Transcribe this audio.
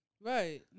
Right